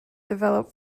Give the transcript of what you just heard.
develop